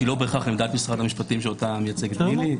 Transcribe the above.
שהיא לא בהכרח עמדת משרד המשפטיים שאותה מייצגת נילי.